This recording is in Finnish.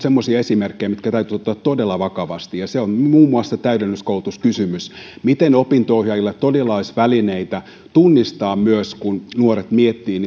semmoisia esimerkkejä mitkä täytyy ottaa todella vakavasti se on muun muassa täydennyskoulutuskysymys miten opinto ohjaajilla todella olisi välineitä tunnistaa myös kun nuoret miettivät